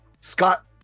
Scott